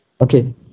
Okay